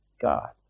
God